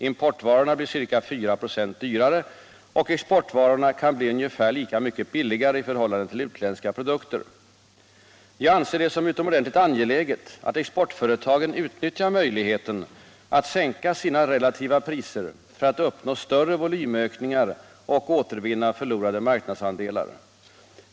Importvarorna blir ca 4 26 dyrare och exportvarorna kan bli ungefär lika mycket billigare i förhållande till utländska produkter. Jag anser det som utomordentligt angeläget att exportföretagen utnyttjar möjligheten att sänka sina relativa priser för att uppnå större volymökningar och återvinna förlorade marknadsandelar.